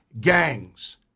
gangs